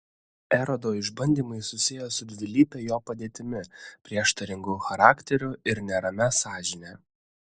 erodo išbandymai susiję su dvilype jo padėtimi prieštaringu charakteriu ir neramia sąžinę